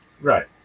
Right